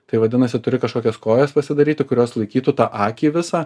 tai vadinasi turi kažkokias kojas pasidaryti kurios laikytų tą akį visą